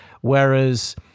Whereas